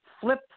flip